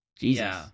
Jesus